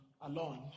alone